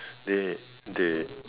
they they